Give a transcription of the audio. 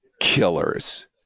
killers